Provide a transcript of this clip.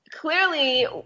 Clearly